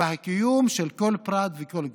והקיום של כל פרט וכל קבוצה.